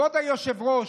כבוד היושבת-ראש,